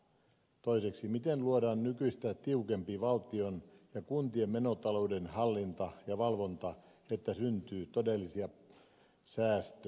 toiseksi miten luodaan nykyistä tiukempi valtion ja kuntien menotalouden hallinta ja valvonta että syntyy todellisia säästöjä